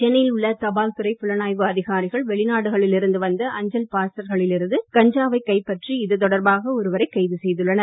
சென்னையில் உள்ள தபால் துறை புலனாய்வு அதிகாரிகள் வெளிநாடுகளில் இருந்து வந்த அஞ்சல் பார்சல்களில் இருந்து கஞ்சாவை கைப்பற்றி இது தொடர்பாக ஒருவரை கைது செய்துள்ளனர்